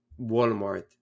Walmart